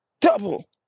Double